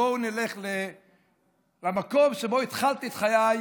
בואו נלך למקום שבו התחלתי את חיי,